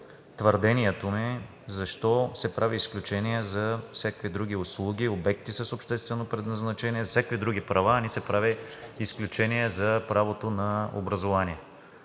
твърдението ми защо се прави изключение за всякакви други услуги, обекти с обществено предназначение, за всякакви други права, а не се прави изключение за правото на образование.